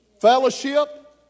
Fellowship